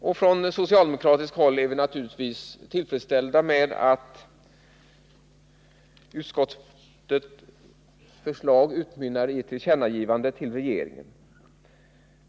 På socialdemokratiskt håll är vi naturligtvis tillfredsställda med att utskottets förslag utmynnar i ett tillkännagivande till regeringen.